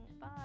bye